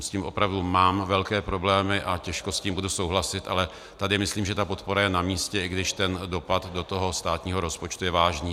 S tím opravdu mám velké problémy a těžko s tím budu souhlasit, ale tady myslím, že ta podpora je namístě, i když ten dopad do státního rozpočtu je vážný.